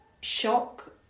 shock